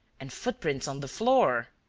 and footprints on the floor.